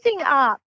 up